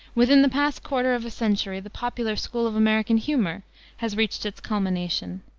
within the past quarter of a century the popular school of american humor has reached its culmination.